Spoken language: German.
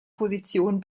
position